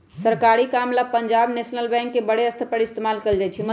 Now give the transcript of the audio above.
सरकारी काम ला पंजाब नैशनल बैंक के बडे स्तर पर इस्तेमाल कइल जा हई